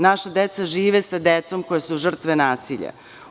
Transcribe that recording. Naša deca žive sa decom koja su žrtve nasilja.